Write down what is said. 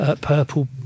purple